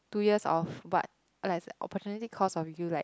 two years of what or like it's a opportunity cost of you like